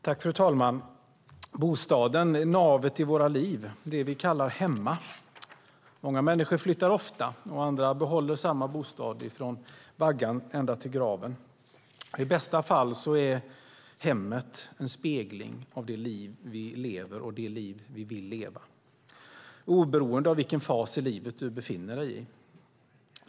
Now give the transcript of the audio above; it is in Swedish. Fru talman! Bostaden är navet i våra liv, det vi kallar hemma. Många människor flyttar ofta. Andra behåller samma bostad från vaggan ända till graven. I bästa fall är hemmet en spegling av det liv vi lever och det liv vi vill leva, oberoende av vilken fas av livet vi befinner oss i.